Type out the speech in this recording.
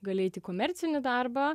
gali eit į komercinį darbą